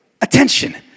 attention